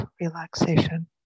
relaxation